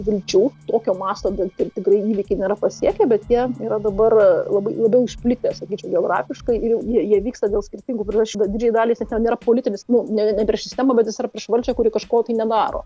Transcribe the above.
vilčių tokio masto dar t tikrai įvykiai nėra pasiekę bet jie yra dabar labai labiau išplitęs sakyčiau geografiškai ir jau jie jie vyksta dėl skirtingų priežasčių bet didžai daliai jisai ten yra politinis nu ne ne prieš sistemą bet jis yra prieš valdžią kuri kažko tai nedaro